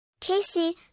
Casey